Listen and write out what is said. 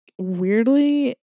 weirdly